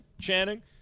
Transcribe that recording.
Channing